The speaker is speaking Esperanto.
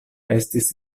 estis